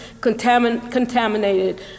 contaminated